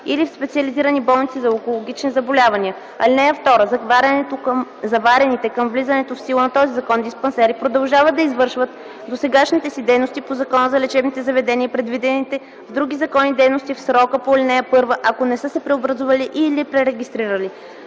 или в специализирани болници за онкологични заболявания. (2) Заварените към влизането в сила на този закон диспансери продължават да извършват досегашните си дейности по Закона за лечебните заведения и предвидените в други закони дейности в срока по ал. 1, ако не са се преобразували и/или пререгистрирали.